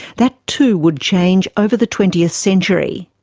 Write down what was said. that too would change over the twentieth century.